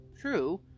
true